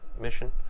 mission